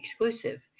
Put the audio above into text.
exclusive